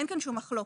אין כאן שום מחלוקת,